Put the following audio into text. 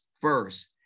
first